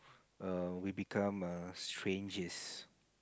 err we become err strangers